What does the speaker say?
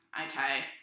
okay